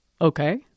Okay